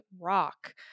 Rock